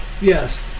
Yes